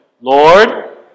Lord